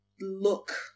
look